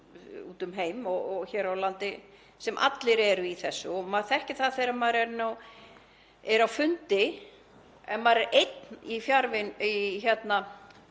úti um heim og hér á landi sem öll eru í þessu. Maður þekkir það þegar maður er á fundi að ef maður er einn á fjarfundi þá